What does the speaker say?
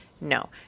No